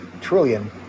trillion